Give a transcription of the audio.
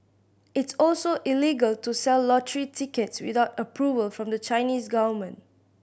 it's also illegal to sell lottery tickets without approval from the Chinese government